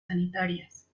sanitarias